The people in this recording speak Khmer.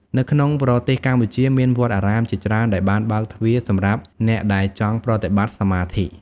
នៅក្នុងប្រទេសកម្ពុជាមានវត្តអារាមជាច្រើនដែលបានបើកទ្វារសម្រាប់អ្នកដែលចង់ប្រតិបត្តិសមាធិ។